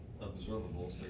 Observable